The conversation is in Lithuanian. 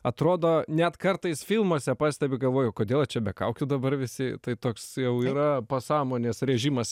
atrodo net kartais filmuose pastebi galvoju kodėl jie čia be kaukių dabar visi tai toks jau yra pasąmonės režimas